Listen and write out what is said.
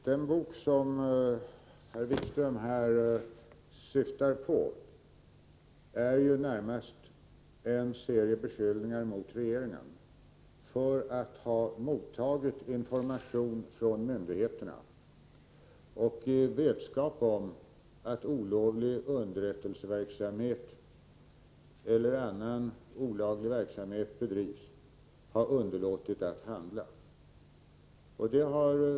Den bok som Jan-Erik Wikström här syftar på innehåller närmast en serie beskyllningar mot regeringen för att ha mottagit information från myndigheterna och —-i vetskap om att olovlig underrättelseverksamhet eller annan olaglig verksamhet bedrivs — ha underlåtit att handla.